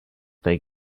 they